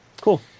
Cool